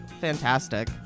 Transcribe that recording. Fantastic